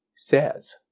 says